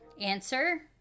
Answer